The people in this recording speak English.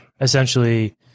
essentially